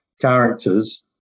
characters